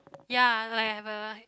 ya like have a